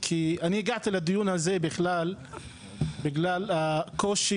כי אני הגעתי לדיון הזה בכלל בגלל הקושי.